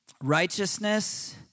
Righteousness